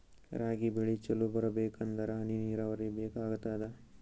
ರಾಗಿ ಬೆಳಿ ಚಲೋ ಬರಬೇಕಂದರ ಹನಿ ನೀರಾವರಿ ಬೇಕಾಗತದ?